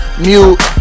mute